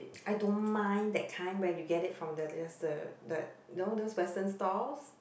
I don't mind that kind where you get it from the just the that you know those western stalls